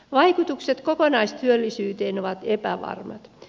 vaikutukset kokonaistyöllisyyteen ovat epävarmat